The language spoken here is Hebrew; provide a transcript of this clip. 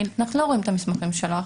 אנחנו לא רואים את המסמכים שלך.